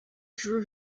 drew